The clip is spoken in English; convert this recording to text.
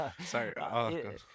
sorry